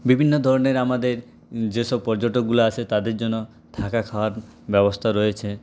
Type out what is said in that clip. বিভিন্ন ধরনের আমাদের যেসব পর্যটকগুলা আসে তাদের জন্য থাকা খাওয়ার ব্যবস্থা রয়েছে